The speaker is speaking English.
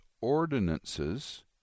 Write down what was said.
ordinances